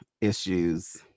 issues